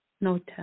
Nota